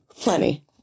Plenty